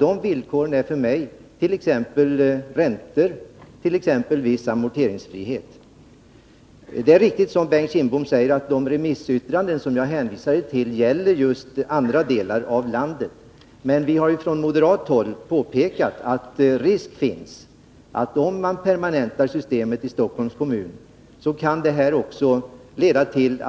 De villkoren är, för mig, t.ex. räntor och viss amorteringsfrihet. Det är riktigt, som Bengt Kindbom säger, att de remissyttranden som jag hänvisade till gäller just andra delar av landet än Stockholms län. Men vi har från moderat håll påpekat att det finns risk för att en permanentning av systemet i Stockholms län kan leda till